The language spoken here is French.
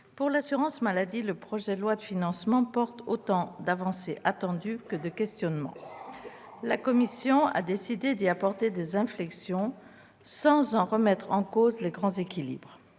pour l'assurance maladie, le projet de loi de financement de la sécurité sociale porte autant d'avancées attendues que de questionnements. La commission a décidé d'y apporter des inflexions, sans en remettre en cause les grands équilibres.